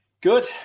Good